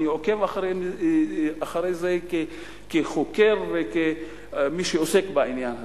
אני עוקב אחרי זה כחוקר וכמי שעוסק בעניין הזה,